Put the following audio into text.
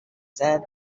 said